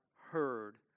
heard